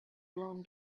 blown